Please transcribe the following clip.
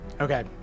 Okay